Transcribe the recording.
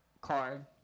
Card